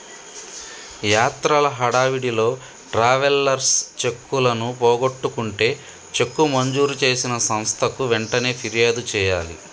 యాత్రల హడావిడిలో ట్రావెలర్స్ చెక్కులను పోగొట్టుకుంటే చెక్కు మంజూరు చేసిన సంస్థకు వెంటనే ఫిర్యాదు చేయాలి